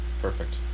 Perfect